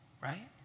right